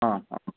ಹಾಂ ಹಾಂ